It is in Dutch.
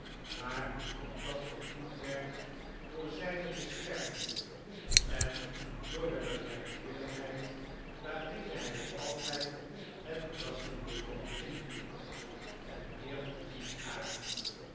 maar dat vergoed werd door zyne bescherming en door de bereidwilligheid waarmede hy altfld het belastingbiljet invult en meer van dien aard